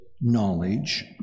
knowledge